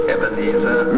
Ebenezer